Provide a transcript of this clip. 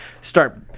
start